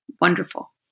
wonderful